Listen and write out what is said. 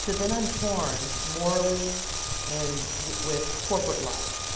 then i'm torn, morally and with corporate life.